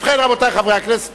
מאה אחוז,